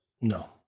No